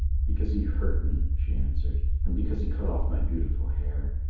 because he hurt me, she answered, and because he cut off my beautiful hair.